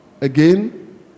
again